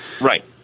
Right